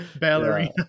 ballerina